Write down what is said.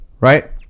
right